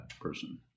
person